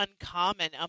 uncommon